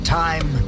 time